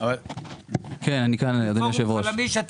מפורום חלמי"ש.